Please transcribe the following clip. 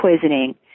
poisoning